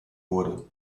wurde